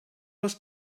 was